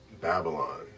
Babylon